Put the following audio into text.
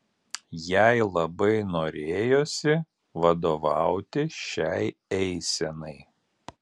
jai labai norėjosi vadovauti šiai eisenai